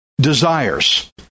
desires